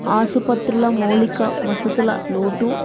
ఆసుపత్రుల మౌలిక వసతుల లోటు